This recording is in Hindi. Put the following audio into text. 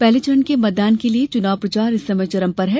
पहले चरण के मतदान के लिए चुनाव प्रचार इस समय चरम पर है